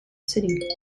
city